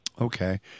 Okay